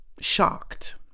shocked